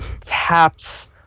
taps